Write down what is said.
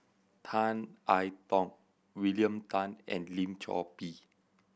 Tan I Tong William Tan and Lim Chor Pee